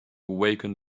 awaken